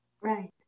Right